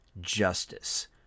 justice